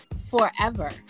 forever